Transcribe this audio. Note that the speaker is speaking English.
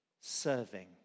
serving